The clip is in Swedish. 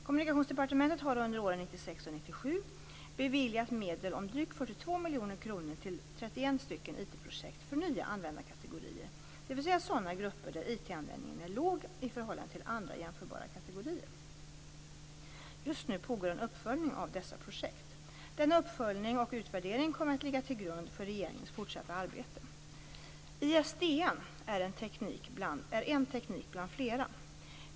Kommunikationsdepartementet har under åren 1996 och 1997 beviljat medel om drygt 42 miljoner kronor till 31 stycken IT-projekt för nya användarkategorier, dvs. sådana grupper där IT-användningen är låg i förhållande till andra jämförbara kategorier. Just nu pågår en uppföljning av dessa projekt. Denna uppföljning och utvärdering kommer att ligga till grund för regeringens fortsatta arbete. ISDN är en teknik bland flera.